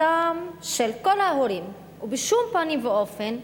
תשעה בעד, אין מתנגדים ואין נמנעים.